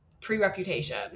pre-reputation